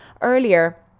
earlier